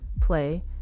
play